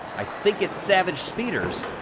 i think it's savage speeders,